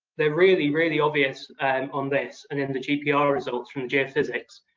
they're really, really obvious on this and in the gpr results from the geophysics.